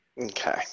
Okay